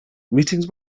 meetings